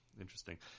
Interesting